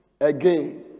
again